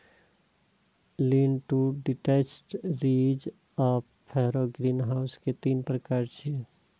lean to detached, ridge आ furrow greenhouse के तीन प्रकार छियै